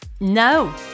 No